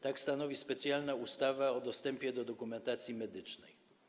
Tak stanowi specjalna ustawa o dostępie do dokumentacji medycznej.